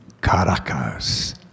Caracas